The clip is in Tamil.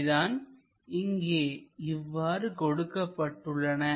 அவை தான் இங்கே இவ்வாறு கொடுக்கப்பட்டுள்ளன